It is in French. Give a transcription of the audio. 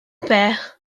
père